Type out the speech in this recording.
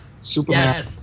Superman